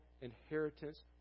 inheritance